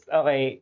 okay